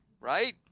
right